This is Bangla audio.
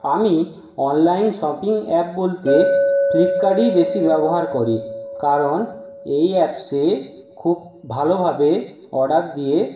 আমি অনলাইন শপিং অ্যাপ বলতে ফ্লিপকার্টই বেশি ব্যবহার করি কারণ এই অ্যাপসে খুব ভালোভাবে অর্ডার দিয়ে